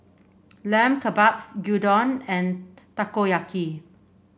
Lamb Kebabs Gyudon and Takoyaki